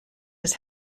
his